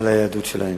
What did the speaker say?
על היהדות שלהם.